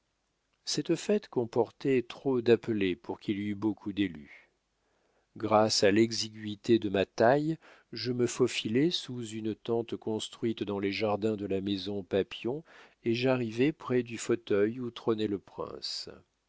cette fête comportait trop d'appelés pour qu'il y eût beaucoup d'élus grâce à l'exiguité de ma taille je me faufilai sous une tente construite dans les jardins de la maison papion et j'arrivai près du fauteuil où trônait le prince